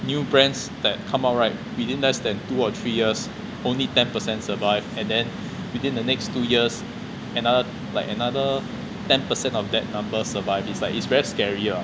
new brands that come out right within less than two or three years only ten per cent survive and then within the next two years and an~ like another ten percent of that number survive is like it's very scary ah